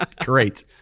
Great